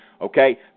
okay